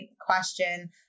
question